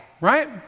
Right